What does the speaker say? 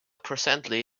presently